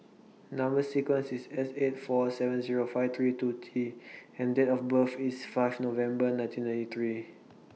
Number sequence IS S eight four seven Zero five three two T and Date of birth IS five November nineteen ninety three